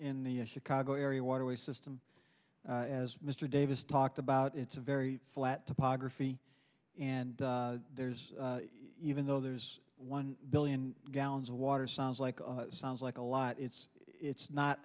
in the chicago area waterways system as mr davis talked about it's a very flat pod graphy and there's even though there's one billion gallons of water sounds like sounds like a lot it's it's not